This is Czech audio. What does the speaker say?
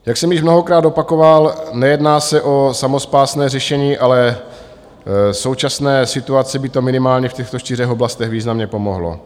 Jak jsem již mnohokrát opakoval, nejedná se o samospásné řešení, ale současné situaci by to minimálně v těchto čtyřech oblastech významně pomohlo.